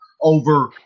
Over